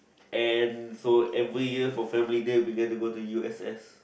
and so every year for family day we get to go to u_s_s